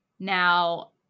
Now